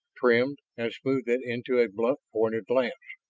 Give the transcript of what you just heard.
trimmed, and smoothed it into a blunt-pointed lance.